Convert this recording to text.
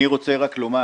אני רוצה רק לומר